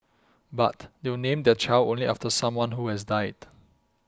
but you name their child only after someone who has died